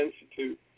Institute